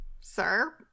sir